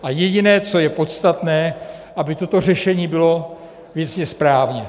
A jediné, co je podstatné, aby toto řešení bylo věcně správně.